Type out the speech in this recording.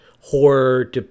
horror